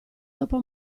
dopo